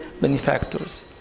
benefactors